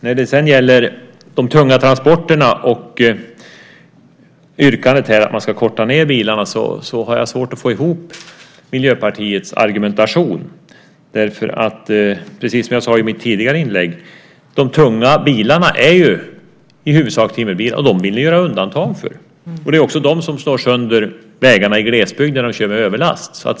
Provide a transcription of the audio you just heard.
När det gäller de tunga transporterna och yrkandet att man ska korta ned bilarna har jag svårt att få ihop Miljöpartiets argumentation. Precis som jag sade i mitt tidigare inlägg är ju de tunga bilarna i huvudsak timmerbilar, och dem vill ni göra undantag för. Det är också de som slår sönder vägarna i glesbygden när de kör med överlast.